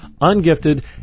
Ungifted